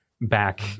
back